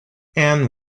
anne